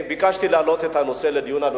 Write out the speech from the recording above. אני ביקשתי להעלות את הנושא לדיון.